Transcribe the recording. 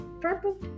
purple